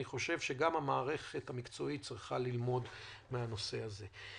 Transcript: אני חושב שגם המערכת המקצועית צריכה ללמוד מהנושא הזה.